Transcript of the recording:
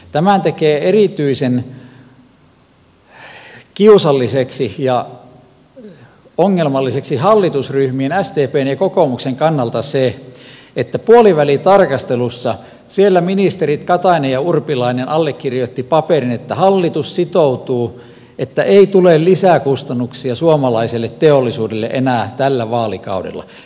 tämän tekee erityisen kiusalliseksi ja ongelmalliseksi hallitusryhmien sdpn ja kokoomuksen kannalta se että puolivälitarkastelussa ministerit katainen ja urpilainen allekirjoittivat paperin että hallitus sitoutuu että ei tule lisäkustannuksia suomalaiselle teollisuudelle enää tällä vaalikaudella